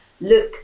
look